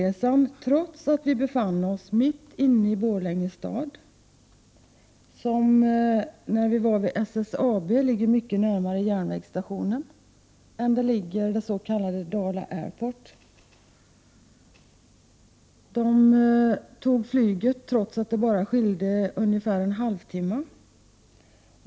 Trots att vi befann oss mitt inne i Borlänge stad, mycket närmare järnvägstationen än den s.k. Dala Airport, tog ledamöterna i trafikutskottet flyget hem, fastän restiden bara skilde på ungefär en halvtimme.